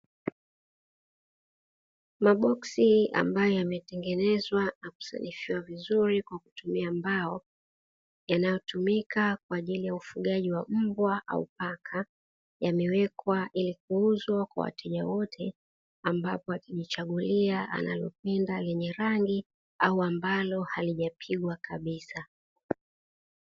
Maboksi ambayo imetengenezwa vizuri kwa kutumia mbao yanayotumika kwa ajili ya ufugaji wa mbwa au paka, yamewekwa ilikuuzwa kwa wateja wote ambapo watajichagulia analopenda lenye rangi au ambalo halijapigwa kabisa.